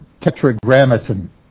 tetragrammaton